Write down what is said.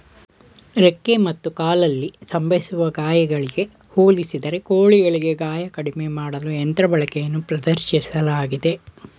ರೆಕ್ಕೆ ಮತ್ತು ಕಾಲಲ್ಲಿ ಸಂಭವಿಸುವ ಗಾಯಗಳಿಗೆ ಹೋಲಿಸಿದರೆ ಕೋಳಿಗಳಿಗೆ ಗಾಯ ಕಡಿಮೆ ಮಾಡಲು ಯಂತ್ರ ಬಳಕೆಯನ್ನು ಪ್ರದರ್ಶಿಸಲಾಗಿದೆ